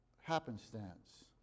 happenstance